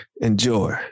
enjoy